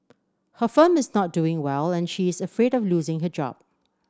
her firm is not doing well and she is afraid of losing her job